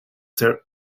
their